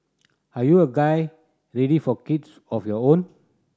are you a guy ready for kids of your own